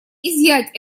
изъять